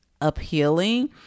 appealing